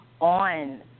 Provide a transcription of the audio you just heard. on